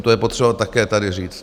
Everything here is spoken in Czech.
To je potřeba také tady říct.